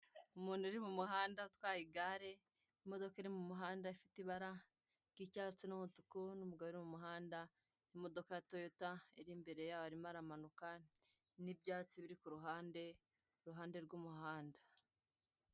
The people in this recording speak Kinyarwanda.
Umuntu uri mu muhanda utwaye igare, Imodoka iri mu muhanda ifite ibara ry'icyatsi n'umutuku n'umugore uri mu muhanda n'imodoka ya Toyotairi imbere ye arimo aramanuka n'ibyatsi biri kuruhande, iruhande y'umuhanda.